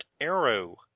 arrow